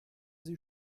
sie